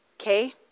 Okay